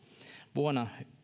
vuonna